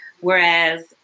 Whereas